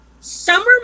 summer